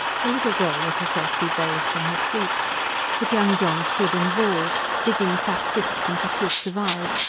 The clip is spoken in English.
the little girl let herself be bathed in her sleep but young john stood and bawled, digging fat fists into slits of eyes,